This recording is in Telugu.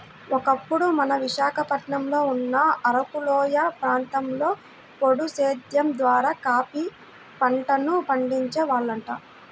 ఒకప్పుడు మన విశాఖపట్నంలో ఉన్న అరకులోయ ప్రాంతంలో పోడు సేద్దెం ద్వారా కాపీ పంటను పండించే వాళ్లంట